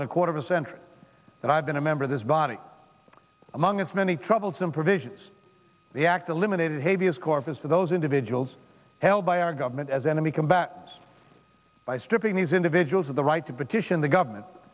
than a quarter century that i've been a member of this body among its many troublesome provisions the act eliminated havey as corpus to those individuals held by our government as enemy combatants by stripping these individuals of the right to petition the government